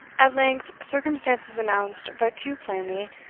at length circumstances announced but too plainly,